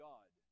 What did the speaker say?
God